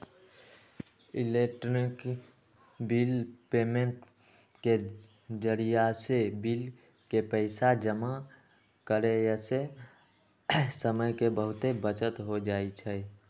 electronic bill payment के जरियासे bill के पइसा जमा करेयसे समय के बहूते बचत हो जाई छै